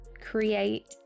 create